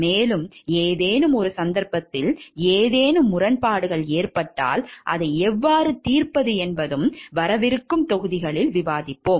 மேலும் ஏதேனும் ஒரு சந்தர்ப்பத்தில் ஏதேனும் முரண்பாடுகள் ஏற்பட்டால் அதை எவ்வாறு தீர்ப்பது என்பதும் வரவிருக்கும் தொகுதிகளில் விவாதிப்போம்